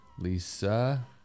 Lisa